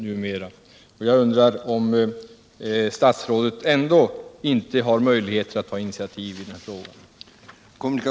Jag undrar om statsrådet ändå inte har möjlighet att ta initiativ i denna fråga.